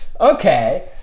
okay